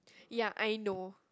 ya I know